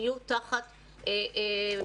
יהיו תחת מעונות,